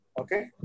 Okay